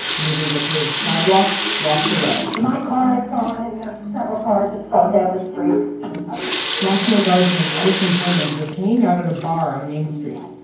newly repaved sidewalks washed away my car is gone, and there's several cars that's and the street ok national guardsman eddison hermond was hanging out at a bar on main street.